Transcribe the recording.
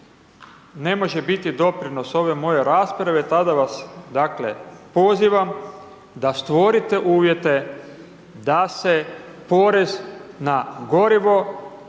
ne može biti doprinos ove moje rasprava, tada vas dakle, pozivam da stvorite uvjete da se porez na gorivo